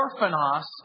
orphanos